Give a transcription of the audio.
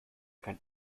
kann